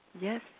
Yes